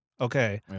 okay